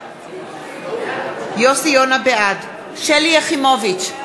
בעד שלי יחימוביץ,